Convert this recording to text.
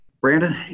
Brandon